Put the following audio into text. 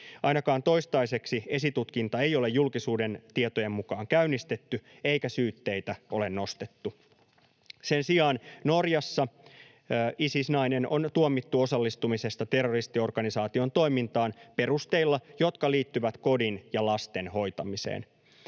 Ainakaan toistaiseksi esitutkintaa ei ole julkisuuden tietojen mukaan käynnistetty eikä syytteitä ole nostettu. Sen sijaan Norjassa Isis-nainen on tuomittu osallistumisesta terroristiorganisaation toimintaan perusteilla, jotka liittyvät kodin ja lasten hoitamiseen.